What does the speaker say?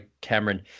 Cameron